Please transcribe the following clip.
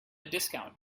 discount